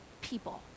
people